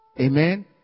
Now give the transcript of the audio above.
Amen